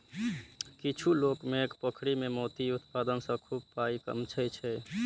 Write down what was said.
किछु लोक पैघ पोखरि मे मोती उत्पादन सं खूब पाइ कमबै छै